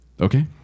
okay